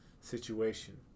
situation